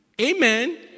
Amen